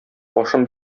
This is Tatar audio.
башым